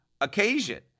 occasion